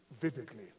vividly